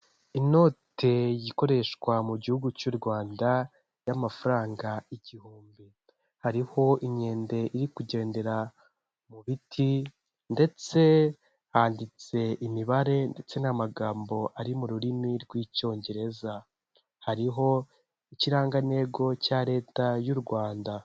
Inote ikoreshwa mu gihugu cy'u Rwanda y'amafaranga igihumbi, hariho imyende iri kugendera mu biti ndetse handitse imibare ndetse n'amagambo ari mu rurimi rw'icyongereza, hariho ikirangantego cya leta y'u Rwanda.